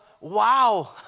wow